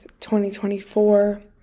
2024